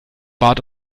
bat